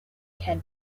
can